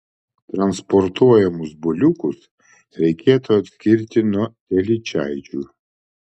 transportuojamus buliukus reikėtų atskirti nuo telyčaičių